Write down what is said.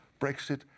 Brexit